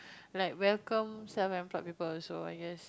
like welcome self employed people also I guess